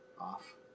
off